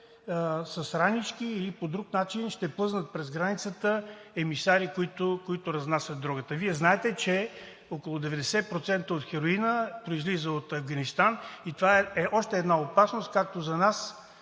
с ранички или по друг начин емисари, които ще разнасят дрогата. Вие знаете, че около 90% от хероина произлиза от Афганистан и това е още една опасност както за нас,